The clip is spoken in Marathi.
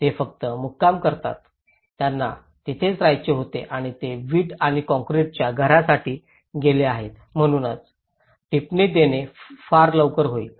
ते फक्त मुक्काम करतात त्यांना तिथेच रहायचे होते आणि ते वीट आणि काँक्रीटच्या घरासाठी गेले आहेत म्हणून टिप्पणी देणे फार लवकर होईल